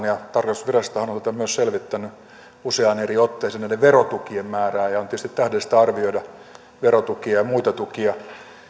ja tarkastusvirastohan on myös selvittänyt useaan eri otteeseen näiden verotukien määrää ja on tietysti tähdellistä arvioida verotukia ja muita tukia